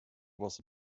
was